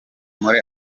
muri